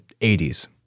80s